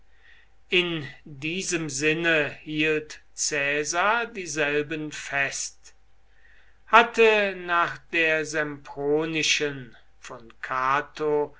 in diesem sinne hielt caesar dieselben fest hatte nach der sempronischen von cato